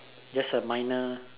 just a minor